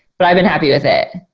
but i've been happy with it.